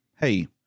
hey